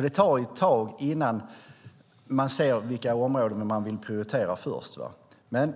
De tar ett tag innan man ser vilka områden man vill prioritera först, men